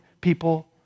people